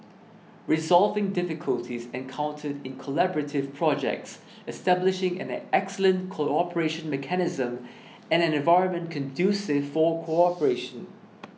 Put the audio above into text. resolving difficulties encountered in collaborative projects establishing an excellent cooperation mechanism and an environment conducive for cooperation